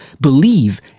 believe